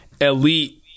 elite